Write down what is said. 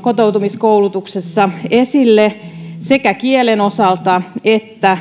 kotoutumiskoulutuksessa esille sekä kielen osalta että